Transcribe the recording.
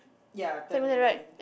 ya ten million